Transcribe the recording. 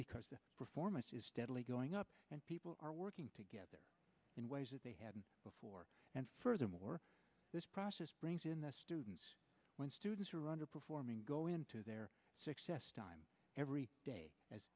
because the performance is steadily going up and people are working together in ways that they hadn't before and furthermore this process brings in the students when students are underperforming go into their success time every day